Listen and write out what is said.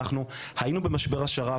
אנחנו היינו במשבר השר"פ,